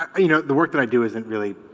you know the work that i do isn't really